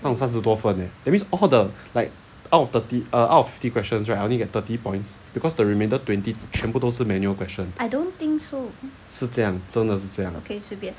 让三十多分 leh that means all the like out of thirty err out of fifty questions right I only get thirty points because the remainder twenty 全部都是 manual question 是这样真的是这样